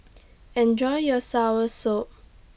Enjoy your Soursop